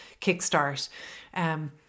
kickstart